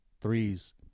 threes